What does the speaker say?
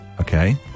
Okay